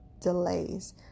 delays